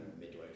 midway